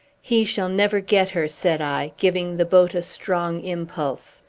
he shall never get her, said i, giving the boat a strong impulse.